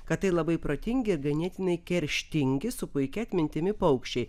kad tai labai protingi ir ganėtinai kerštingi su puikia atmintimi paukščiai